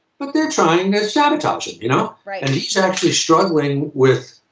but they're trying to sabotage him. you know? right. and he's actually struggling with